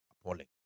Appalling